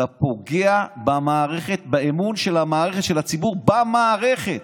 ואתה פוגע במערכת, באמון של הציבור במערכת.